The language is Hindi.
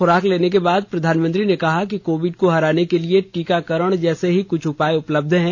खुराक लेने के बाद प्रधानमंत्री ने कहा कि कोविड को हराने के लिए टीकाकरण जैसे ही कुछ उपाय उपलब्ध हैं